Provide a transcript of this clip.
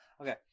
okay